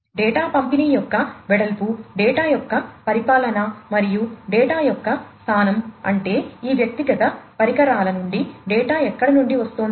data పంపిణీ యొక్క వెడల్పు డేటా యొక్క పరిపాలన మరియు డేటా యొక్క స్థానం అంటే ఈ వ్యక్తిగత పరికరాల నుండి డేటా ఎక్కడ నుండి వస్తోంది